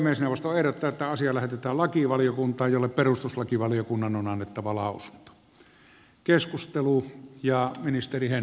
puhemiesneuvosto ehdottaa että asia lähetetään lakivaliokuntaan jolle perustuslakivaliokunnan on annettava lausunto